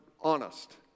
honest